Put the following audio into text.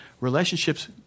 relationships